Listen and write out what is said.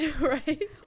Right